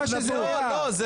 אני